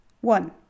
One